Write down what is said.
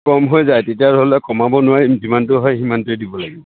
কম হৈ যায় তেতিয়া হ'লে কমাব নোৱাৰিম যিমানটো হয় সিমানটোৱে দিব লাগিব